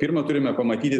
pirma turime pamatyti